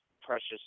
precious